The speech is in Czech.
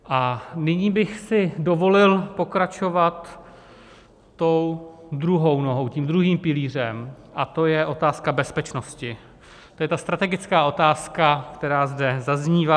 A nyní bych si dovolil pokračovat tou druhou nohou, druhým pilířem, a to je otázka bezpečnosti, ta strategická otázka, která zde zaznívá.